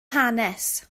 hanes